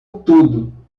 tudo